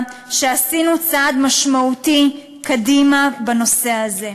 שעשינו צעד משמעותי קדימה בנושא הזה.